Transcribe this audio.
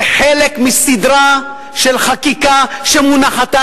זה חלק מסדרה של חקיקה שמונחת,